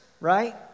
right